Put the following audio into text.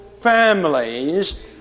families